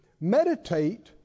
Meditate